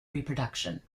reproduction